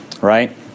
right